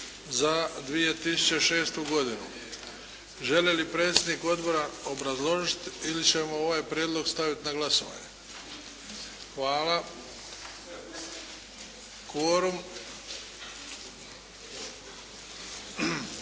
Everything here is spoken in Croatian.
za 2006. godinu. Želi li predsjednik odbora obrazložiti, ili ćemo ovaj prijedlog staviti na glasovanje? Hvala. Kvorum?